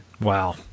wow